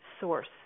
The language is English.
source